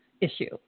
issue